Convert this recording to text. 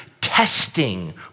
testing